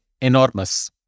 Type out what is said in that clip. enormous